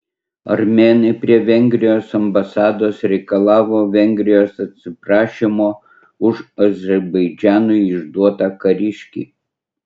armėnai prie vengrijos ambasados reikalavo vengrijos atsiprašymo už azerbaidžanui išduotą kariškį